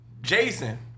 Jason